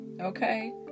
okay